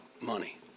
money